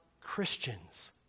Christians